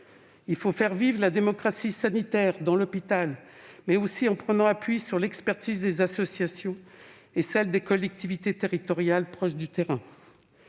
Il faut faire vivre la démocratie sanitaire dans l'hôpital, mais aussi en prenant appui sur l'expertise des associations et des collectivités territoriales, proches du terrain.